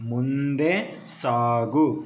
ಮುಂದೆ ಸಾಗು